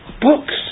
books